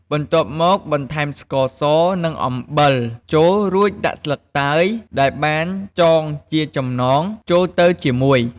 បន្ទាប់មកបន្ថែម ស្ករស និង អំបិល ចូល រួចដាក់ស្លឹកតើយ ដែលបានចងជាចំណងចូលទៅជាមួយ។